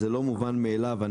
זה לא מובן מאליו.